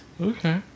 Okay